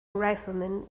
riflemen